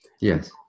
Yes